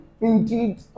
indeed